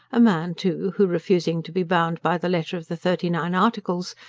a man, too, who, refusing to be bound by the letter of the thirty-nine articles,